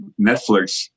Netflix